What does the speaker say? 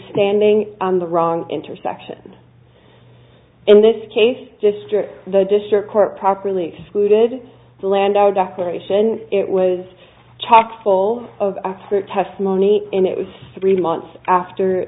standing on the wrong intersection in this case just the district court properly excluded the land our declaration it was chock full of her testimony in it was three months after